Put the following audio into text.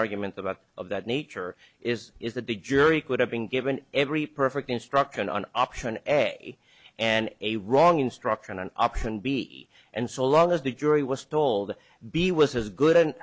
argument about of that nature is is that the jury could have been given every perfect instruction an option a and a wrong instruction an option b and so long as the jury was told b was as good an